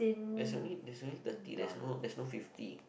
there's only there's only thirty there's no there's no fifty